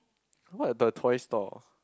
what the toy store